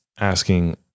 asking